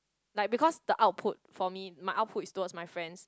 like because the output for me my output is towards my friends